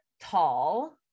tall